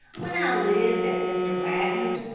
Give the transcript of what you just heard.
when i lived at mr. wagner's,